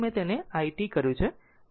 આમ t છે i નથી